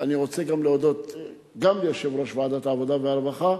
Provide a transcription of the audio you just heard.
אני רוצה להודות גם ליושב-ראש ועדת העבודה והרווחה,